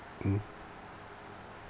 mm